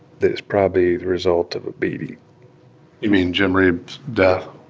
that it's probably the result of a beating you mean jim reeb's death?